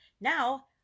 Now